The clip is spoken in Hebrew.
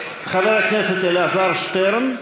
חבר הכנסת אלעזר שטרן,